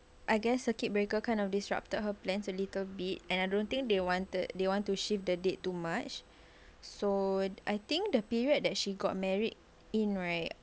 I guess circuit breaker kind of disrupted her plans a little bit and I don't think they wanted they want to shift the date too much so I think the period that she got married in right